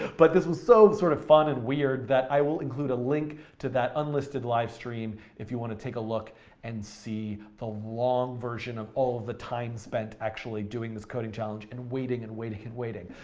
but this was so sort of fun and weird that i will include a link to that unlisted live stream if you want to take a look and see the long version of all of the time spent actually doing this coding challenge, and waiting and waiting and waiting.